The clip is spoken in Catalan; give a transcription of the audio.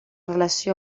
relació